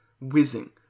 Whizzing